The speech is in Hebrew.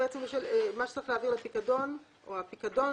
מה שצריך להעביר לפיקדון או הפיקדון